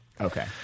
Okay